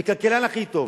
וכלכלן הכי טוב,